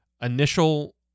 initial